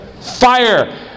fire